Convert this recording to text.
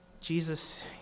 Jesus